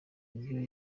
ibyo